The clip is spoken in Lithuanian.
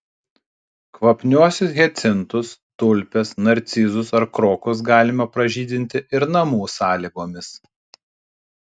kvapniuosius hiacintus tulpės narcizus ar krokus galima pražydinti ir namų sąlygomis